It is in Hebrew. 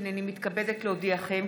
הינני מתכבדת להודיעכם,